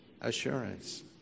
assurance